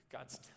God's